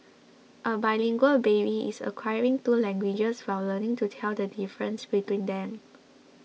a bilingual baby is acquiring two languages while learning to tell the difference between them